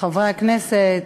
חברי הכנסת,